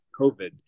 COVID